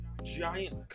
Giant